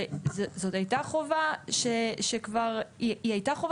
זאת הייתה חובה שכבר הייתה,